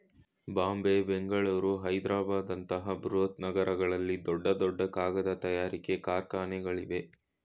ಬಾಂಬೆ, ಬೆಂಗಳೂರು, ಹೈದ್ರಾಬಾದ್ ಅಂತ ಬೃಹತ್ ನಗರಗಳಲ್ಲಿ ದೊಡ್ಡ ದೊಡ್ಡ ಕಾಗದ ತಯಾರಿಕೆ ಕಾರ್ಖಾನೆಗಳಿವೆ